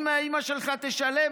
אם אימא שלך תשלם,